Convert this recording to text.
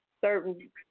certain